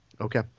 Okay